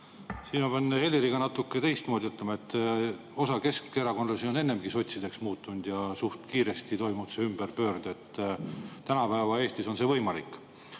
Siin ma pean Helirist natuke teistmoodi ütlema: osa keskerakondlasi on ennegi sotsideks muutunud ja üsna kiiresti toimub see ümberpöördumine, tänapäeva Eestis on see võimalik.